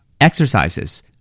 Exercises